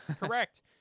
correct